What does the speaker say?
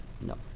No